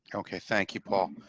okay. thank you, paul.